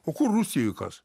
o kur rusijoj kas